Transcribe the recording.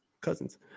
Cousins